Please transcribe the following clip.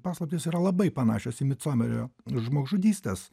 paslaptys yra labai panašios į micomerio žmogžudystes